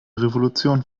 revolution